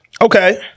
okay